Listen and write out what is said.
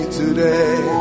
today